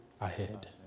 ahead